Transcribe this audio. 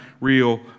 real